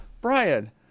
Brian